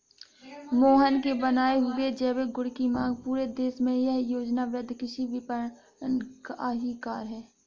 मोहन के बनाए हुए जैविक गुड की मांग पूरे देश में यह योजनाबद्ध कृषि विपणन का ही कार्य है